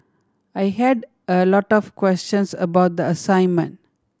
I had a lot of questions about the assignment